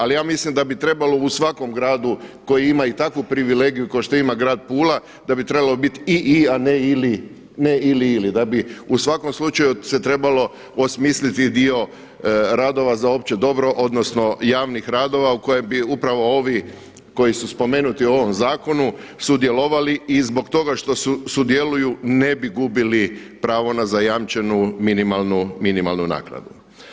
Ali ja mislim da bi trebalo u svakom gradu koji ima i takvu privilegiju kao što ima grad Pula, da bi trebalo biti ii a ne ili, ne ili-ili da bi u svakom slučaju se trebalo osmisliti dio radova za opće dobro, odnosno javnih radova u kojem bi upravo ovi koji su spomenuti u ovom zakonu sudjelovali i zbog toga što sudjeluju ne bi gubili pravo na zajamčenu minimalnu naknadu.